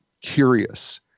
curious